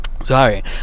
Sorry